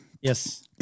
Yes